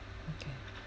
okay